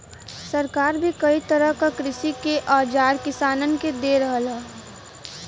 सरकार भी कई तरह क कृषि के औजार किसानन के दे रहल हौ